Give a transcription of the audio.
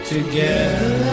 Together